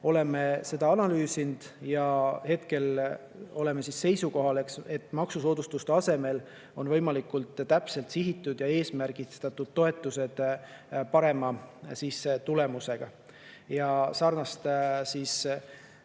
oleme seda analüüsinud ja hetkel oleme seisukohal, et maksusoodustuste asemel on võimalikult täpselt sihitud ja eesmärgistatud toetused parema tulemusega. Sarnast